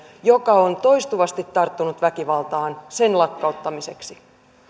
joka on toistuvasti tarttunut väkivaltaan lakkauttamiseksi